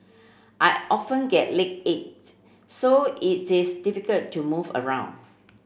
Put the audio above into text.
I often get leg ache so it is difficult to move around